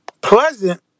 pleasant